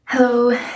Hello